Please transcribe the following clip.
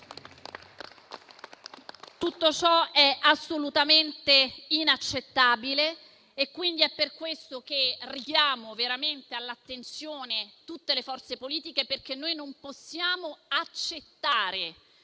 Tutto ciò è assolutamente inaccettabile ed è per questo che richiamo veramente all'attenzione tutte le forze politiche, perché noi non possiamo accettare